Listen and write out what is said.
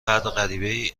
برقراری